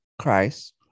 Christ